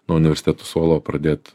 nuo universiteto suolo pradėt